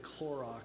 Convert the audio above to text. Clorox